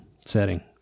setting